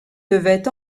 devait